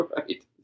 Right